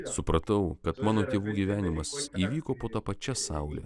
supratau kad mano tėvų gyvenimas įvyko po ta pačia saule